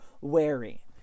wary